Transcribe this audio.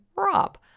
Rob